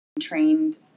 trained